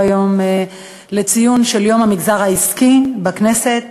היום לציון יום המגזר העסקי בכנסת.